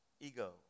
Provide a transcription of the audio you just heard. ego